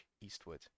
eastward